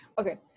Okay